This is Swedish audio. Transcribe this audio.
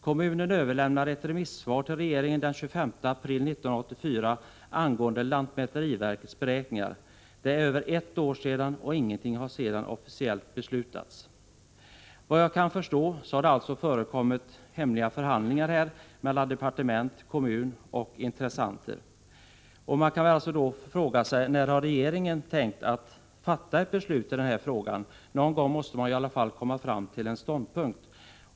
Kommunen överlämnade ett remissvar till regeringen den 25 april 1984 angående lantmäteriverkets beräkningar. Det är över ett år sedan, och ingenting har sedan officiellt beslutats. Såvitt jag förstår har det alltså förekommit hemliga förhandlingar mellan departement, kommun och intressenter. Man kan då fråga sig när regeringen har tänkt fatta ett beslut i det här ärendet. Någon gång måste man komma fram till en ståndpunkt.